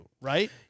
Right